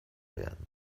werden